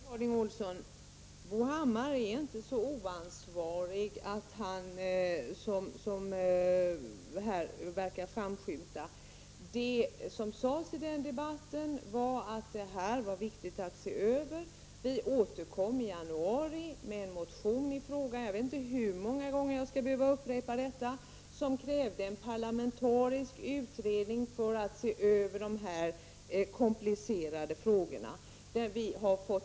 Herr talman! Bo Hammar är inte så oansvarig som här verkar framskymta. Det som sades i den debatten var att detta är viktigt att se över. Vi återkom i januari med en motion i frågan, där vi krävde en parlamentarisk utredning för att se över dessa komplicerade frågor — jag vet inte hur många gånger jag skall behöva upprepa detta.